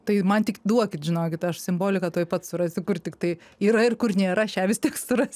tai man tik duokit žinokit aš simboliką tuoj pat surasiu kur tiktai yra ir kur nėra aš ją vis tiek surasiu